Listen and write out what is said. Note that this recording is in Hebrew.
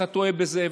אתה טועה בזה,